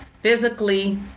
physically